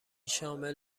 شامل